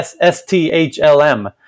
S-T-H-L-M